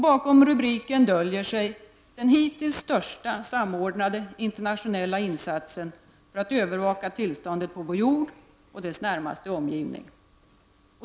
Bakom rubriken döljer sig den hittills största samordnade internationella insatsen för att övervaka tillståndet på vår jord och dess närmaste omgivning.